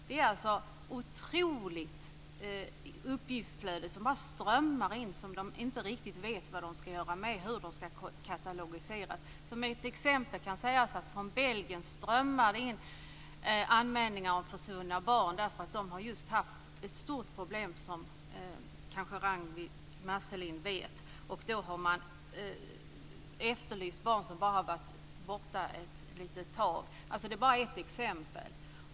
Det är ett otroligt uppgiftsflöde som bara strömmar in, som de inte vet vad de ska göra med och hur de ska katalogisera. Jag kan nämna som exempel att det från Belgien strömmar in anmälningar om försvunna barn - de har ju haft ett stort problem, som Ragnwi Marcelind kanske vet. Man efterlyser barn som har varit borta bara kort tid.